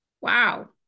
Wow